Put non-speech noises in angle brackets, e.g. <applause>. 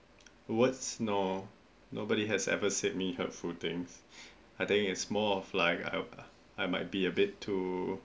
words no no body has ever said me hurtful things <breath> I think it's more of like I I might be a bit too